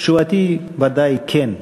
תשובתי היא: ודאי, כן.